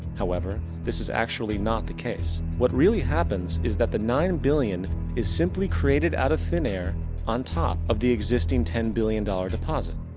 however, this is actually not the case. what really happens, is that the nine billion is simply created out of thin air on top of the existing ten billion dollar deposit.